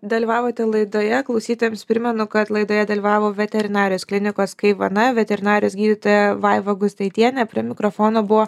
dalyvavote laidoje klausytojams primenu kad laidoje dalyvavo veterinarijos klinikos kai vana veterinarijos gydytoja vaiva gustaitienė prie mikrofono buvo